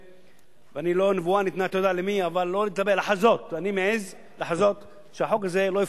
עוד פעם, לסיום, אני אומר לממשלה: החוק הזה רע.